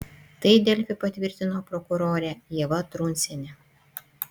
tai delfi patvirtino prokurorė ieva truncienė